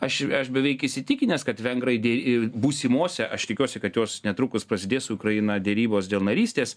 aš aš beveik įsitikinęs kad vengrai būsimose aš tikiuosi kad jos netrukus prasidės su ukraina derybos dėl narystės